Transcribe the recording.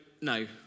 no